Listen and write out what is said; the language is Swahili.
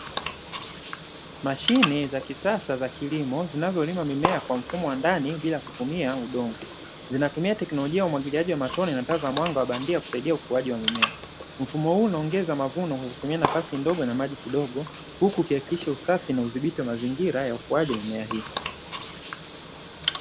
Mashine za kisasa za kilimo, zinazolima mimea kwa mfumo wa ndani bila kutumia udongo. Zinatumia teknolojia ya umwagiliaji wa matone na taa za mwanga wa bandia, kusaidia ukuaji wa mimea. Mfumo huu unaongeza mavuno kwa kutumia nafasi ndogo na maji kidogo, huku ikihakikisha usafi na udhibiti wa mazingira ya ukuaji mimea hii.